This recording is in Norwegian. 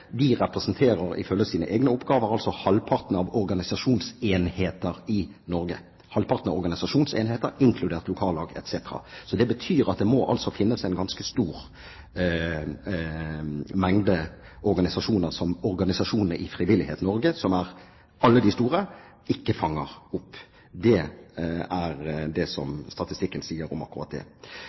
De representerer, ifølge sine egne oppgaver, halvparten av organisasjonsenhetene i Norge, inkludert lokallag etc. Det betyr altså at det må finnes en ganske stor mengde organisasjoner i Frivillighet Norge som alle de store ikke fanger opp. Det er det statistikken sier.